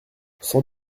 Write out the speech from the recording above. sans